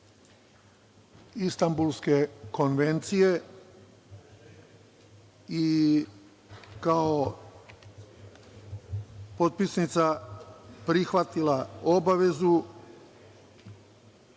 Istanbulske konvencije i kao potpisnica prihvatila obavezu